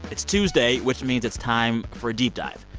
it's tuesday, which means it's time for a deep dive.